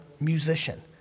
musician